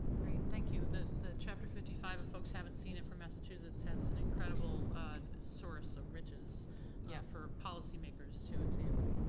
great, thank you. the the chapter fifty five, if folks haven't seen it, from massachusets has an incredible source of riches yeah for policy makers who examine.